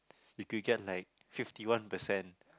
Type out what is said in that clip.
if you get like fifty one percent